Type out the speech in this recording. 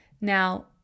Now